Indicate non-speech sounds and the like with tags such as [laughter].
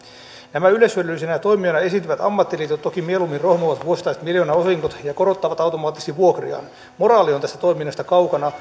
nämä yleishyödyllisinä toimijoina esiintyvät ammattiliitot toki mieluummin rohmuavat vuosittaiset miljoonaosingot ja korottavat automaattisesti vuokriaan moraali on tästä toiminnasta kaukana [unintelligible]